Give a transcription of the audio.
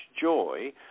joy